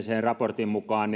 raportin mukaan